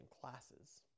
classes